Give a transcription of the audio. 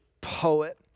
poet